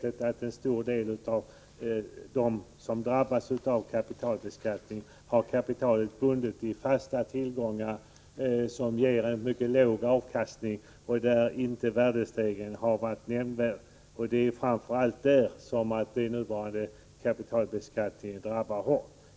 En stor del av dem som drabbas av kapitalbeskattningen har kapitalet bundet i fasta tillgångar, som ger en mycket låg avkastning, och värdestegringen har inte varit särskilt stor. Det är framför allt i sådana fall som den nuvarande kapitalbeskattningen drabbar hårt.